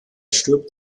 stirbt